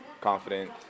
confident